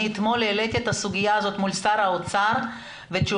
אני אתמול העליתי אתך הסוגיה הזאת מול שר האוצר והתשובה